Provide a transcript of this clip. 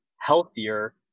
healthier